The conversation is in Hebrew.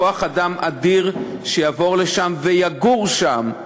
כוח-אדם אדיר שיעבור לשם ויגור שם,